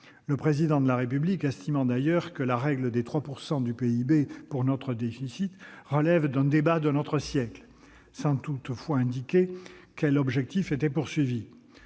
le Président de la République estimant d'ailleurs que la règle des 3 % du PIB pour notre déficit relevait « d'un débat d'un autre siècle », sans toutefois indiquer quel était l'objectif.